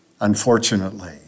unfortunately